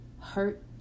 hurt